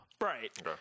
Right